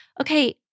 okay